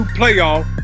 playoff